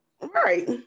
right